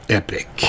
epic